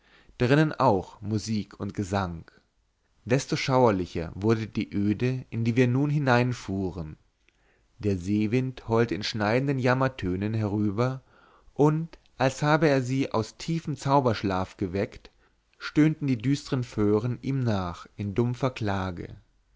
drinnen auch musik und gesang desto schauerlicher wurde die öde in die wir nun hineinfuhren der seewind heulte in schneidenden jammertönen herüber und als habe er sie aus tiefem zauberschlaf geweckt stöhnten die düstern föhren ihm nach in dumpfer klage